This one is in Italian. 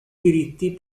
diritti